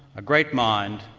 a great mind,